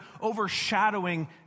overshadowing